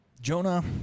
Jonah